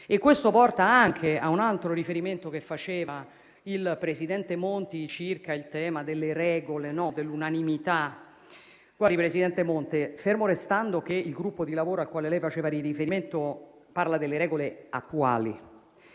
Ciò porta anche a un altro riferimento che faceva il presidente Monti circa il tema delle regole e dell'unanimità. Presidente Monti, fermo restando che il gruppo di lavoro al quale lei faceva riferimento parla delle regole attuali